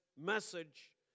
message